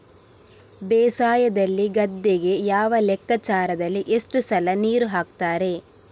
ಬೇಸಾಯದಲ್ಲಿ ಗದ್ದೆಗೆ ಯಾವ ಲೆಕ್ಕಾಚಾರದಲ್ಲಿ ಎಷ್ಟು ಸಲ ನೀರು ಹಾಕ್ತರೆ?